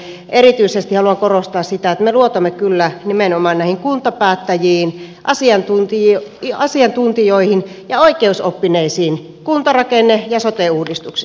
erityisesti haluan korostaa sitä että me luotamme kyllä nimenomaan näihin kuntapäättäjiin asiantuntijoihin ja oikeusoppineisiin kuntarakenne ja sote uudistuksessa